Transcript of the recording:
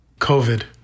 COVID